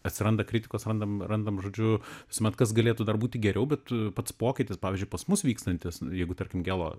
atsiranda kritikos randam randam žodžiu visuomet kas galėtų dar būti geriau bet pats pokytis pavyzdžiui pas mus vykstantis jeigu tarkim gelo